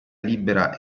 libera